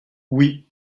oui